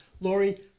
Lori